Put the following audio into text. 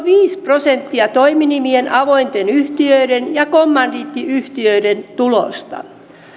viisi prosenttia toiminimien avointen yhtiöiden ja kommandiittiyhtiöiden tuloista